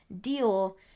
deal